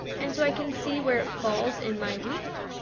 and so i can see where it falls in my week,